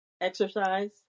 exercise